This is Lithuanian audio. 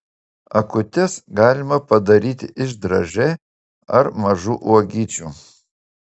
akutes galima padaryti iš dražė ar mažų uogyčių